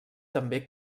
també